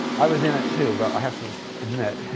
i was in it too, but i have to admit,